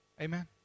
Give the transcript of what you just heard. Amen